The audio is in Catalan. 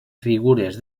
figures